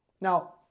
Now